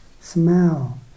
smell